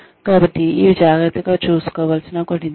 కాబట్టి ఇవి జాగ్రత్తగా చూసుకోవలసిన కొన్ని దశలు